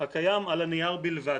הקיים על הנייר בלבד.